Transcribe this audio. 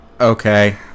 Okay